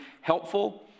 helpful